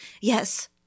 Yes